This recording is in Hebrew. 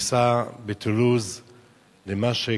שנעשה בטולוז לְמָה,